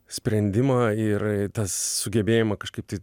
sprendimą ir tas sugebėjimą kažkaip tai